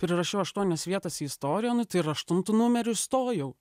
prirašiau aštuonias vietas į istoriją nu tai ir aštuntu numeriu įstojau